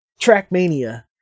Trackmania